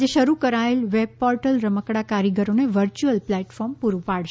આજે શરૂ કરાયેલ વેબપોર્ટલ રમકડાં કારીગરોને વર્ચ્યુઅલ પ્લેટફોર્મ પૂરું પાડશે